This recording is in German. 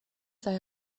sei